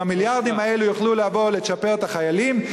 והמיליארדים האלה יוכלו לבוא, לצ'פר את החיילים.